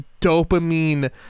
dopamine